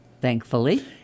Thankfully